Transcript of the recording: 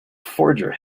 forger